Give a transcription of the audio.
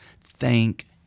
thank